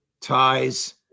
ties